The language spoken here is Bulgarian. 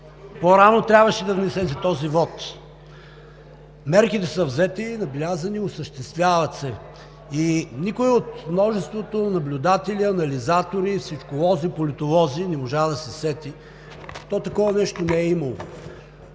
По-рано трябваше да внесете този вот. Мерките са взети, набелязани, осъществяват се и никой от множеството наблюдатели, анализатори, всичколози и политолози не можа да се сети. То такова нещо не е имало.